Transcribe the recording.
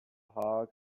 hog